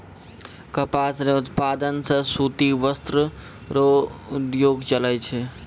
कपास रो उप्तादन से सूती वस्त्र रो उद्योग चलै छै